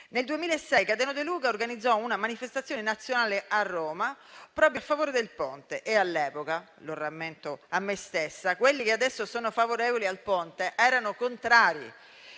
del Ponte: nel 2006 organizzò una manifestazione nazionale a Roma proprio a favore del Ponte e all'epoca - lo rammento a me stessa - quelli che adesso sono favorevoli erano contrari,